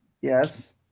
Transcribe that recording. Yes